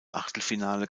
achtelfinale